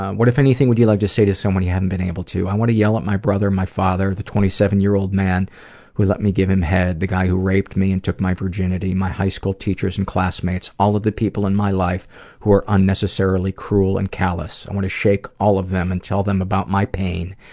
what, if anything, would you like to say to someone you haven't been able to? i want to yell at my brother, my father, the twenty seven year old man who let me give him head, the guy who raped me and took my virginity, my high school teachers and classmates, all of the people in my life who are unnecessarily cruel and callous. i want to shake all of them and tell them about my pain,